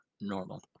normal